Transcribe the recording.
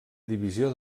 divisió